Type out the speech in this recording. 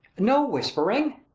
no whispering.